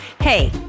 Hey